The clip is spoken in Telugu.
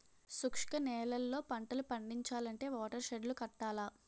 శుష్క నేలల్లో పంటలు పండించాలంటే వాటర్ షెడ్ లు కట్టాల